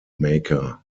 maker